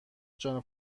جانا